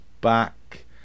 back